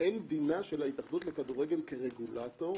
אין דינה של ההתאחדות לכדורגל כרגולטור